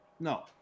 No